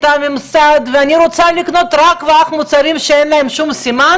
הממסד ואני רוצה לקנות אך ורק מוצרים שאין להם אין שום סימון